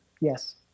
Yes